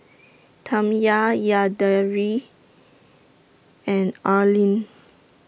Tamya Yadira and Arlyne